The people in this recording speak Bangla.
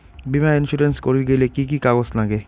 বীমা ইন্সুরেন্স করির গেইলে কি কি কাগজ নাগে?